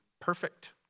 perfect